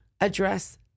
address